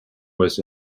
was